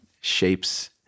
shapes